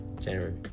January